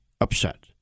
upset